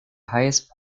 highest